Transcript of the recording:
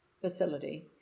facility